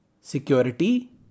security